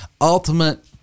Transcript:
ultimate